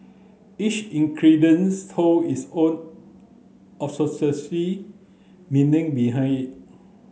each hold its own meaning behind it